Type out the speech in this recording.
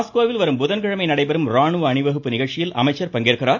மாஸ்கோவில் வரும் புதன்கிழமை நடைபெறும் ராணுவ அணிவகுப்பு நிகழ்ச்சியில் அமைச்சர் பங்கேற்கிறார்